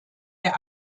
der